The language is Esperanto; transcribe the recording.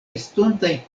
estontaj